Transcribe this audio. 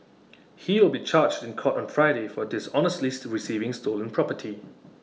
he will be charged in court on Friday for dishonestly to receiving stolen property